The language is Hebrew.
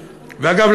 ואגב,